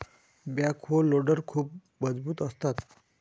backhoe loader खूप मजबूत असतात